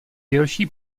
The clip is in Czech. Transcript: delší